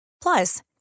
Plus